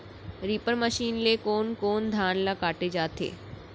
Reaper machine ले कोन कोन धान ल काटे जाथे?